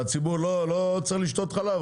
והציבור לא צריך לשתות חלב,